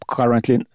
currently